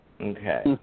Okay